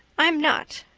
i'm not.